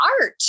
art